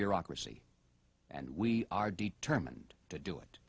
bureaucracy and we are determined to do it